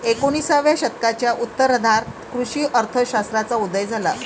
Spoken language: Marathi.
एकोणिसाव्या शतकाच्या उत्तरार्धात कृषी अर्थ शास्त्राचा उदय झाला